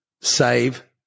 save